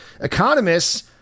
Economists